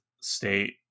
state